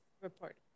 report